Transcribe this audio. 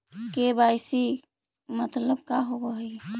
KYC मतलब का होव हइ?